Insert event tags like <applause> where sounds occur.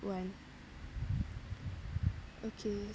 one <noise> okay